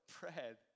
bread